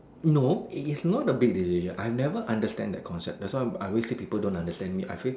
no it it's not a big decision I've never understand that concept that's why I I say people don't understand me I say